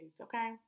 okay